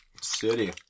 City